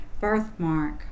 birthmark